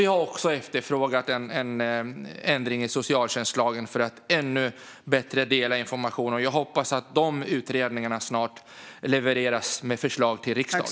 Vi har också efterfrågat en ändring i socialtjänstlagen för att ännu bättre dela information. Jag hoppas att dessa utredningar, och förslag till riksdagen, snart levereras.